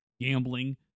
gambling